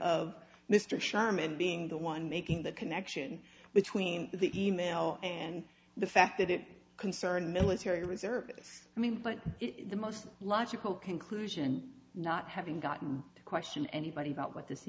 of mr sherman being the one making the connection between the e mail and the fact that it concerned military reservists i mean but the most logical conclusion not having gotten to question anybody about what this